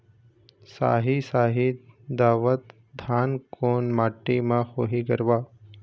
साही शाही दावत धान कोन माटी म होही गरवा?